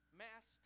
mass